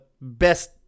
best